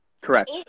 Correct